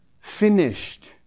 finished